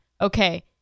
okay